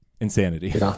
insanity